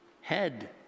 head